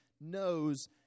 knows